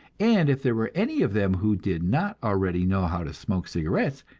and if there were any of them who did not already know how to smoke cigarettes,